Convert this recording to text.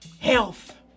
health